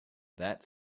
that